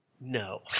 No